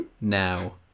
now